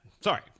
Sorry